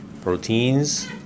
proteins